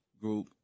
group